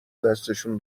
دستشون